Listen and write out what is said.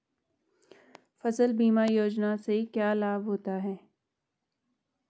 फसल बीमा योजना से क्या लाभ होता है?